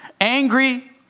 angry